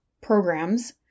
programs